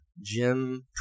Jim